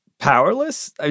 powerless